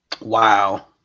wow